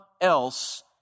else